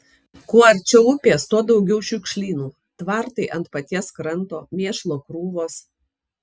kuo arčiau upės tuo daugiau šiukšlynų tvartai ant paties kranto mėšlo krūvos